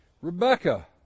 Rebecca